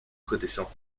redescend